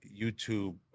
youtube